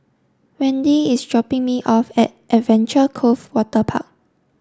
Wendy is dropping me off at Adventure Cove Waterpark